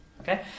Okay